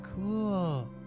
cool